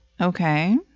okay